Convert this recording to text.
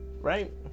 right